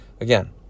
again